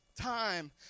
Time